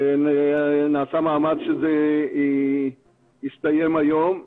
נעשה מאמץ שזה יסתיים היום.